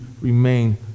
remain